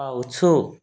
ପାଉଛୁ